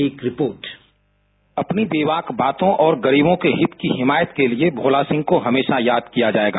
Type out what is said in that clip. एक report byte अपनी बेबाक बातों और गरीबों के हित की हिमायत के लिए भोला सिंह को हमेशा याद किया जायेगा